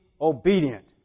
obedient